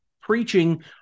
preaching